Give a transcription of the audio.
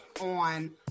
on